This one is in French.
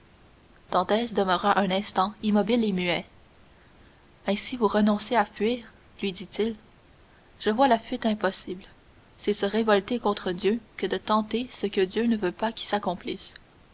demeura un instant immobile et muet ainsi vous renoncez à fuir lui dit-il je vois la fuite impossible c'est se révolter contre dieu que de tenter ce que dieu ne veut pas qui s'accomplisse